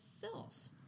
filth